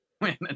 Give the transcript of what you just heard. women